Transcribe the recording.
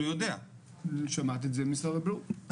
שמעתי את ממשרד הבריאות,